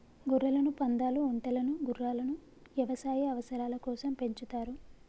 గొర్రెలను, పందాలు, ఒంటెలను గుర్రాలను యవసాయ అవసరాల కోసం పెంచుతారు